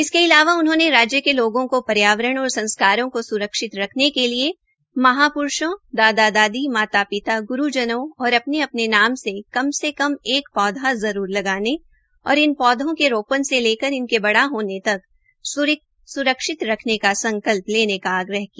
इसके अलावा उन्होंने राज्य के लोगों को पर्यावरण और संस्कारों को सुरक्षित रखने के लिए महापुरुषों दादा दादी माता पिता गुरूजनों और अपने अपने नाम से कम से कम एक पौधा जरुर लगाने और इन पौधों के रोपण से लेकर इनके बड़ा होने तक सुरक्षित रखने का संकल्प लेने का आहवान किया